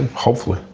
hopefully,